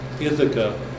Ithaca